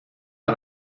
aan